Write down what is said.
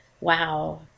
wow